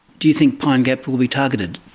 do you think pine gap will be targeted?